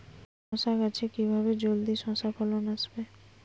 শশা গাছে কিভাবে জলদি শশা ফলন আসবে?